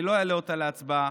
אני לא אעלה אותה להצבעה,